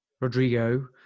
Rodrigo